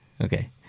Okay